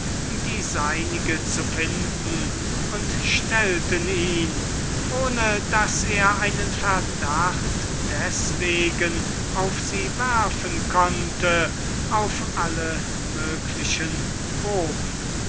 die seinige zu finden und stellten ihn ohne daß er einen verdacht deswegen auf sie werfen konnte auf alle mögliche proben